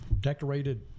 decorated